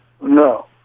No